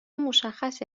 مشخصی